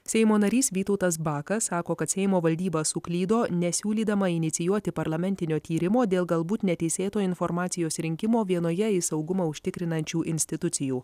seimo narys vytautas bakas sako kad seimo valdyba suklydo nesiūlydama inicijuoti parlamentinio tyrimo dėl galbūt neteisėto informacijos rinkimo vienoje iš saugumą užtikrinančių institucijų